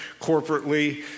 corporately